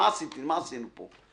מה עשינו פה?